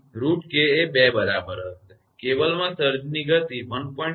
તેથી √𝑘 એ 2 બરાબર હશે કેબલમાં સર્જની ગતિ 1